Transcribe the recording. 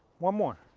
one more.